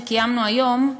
שקיימנו היום,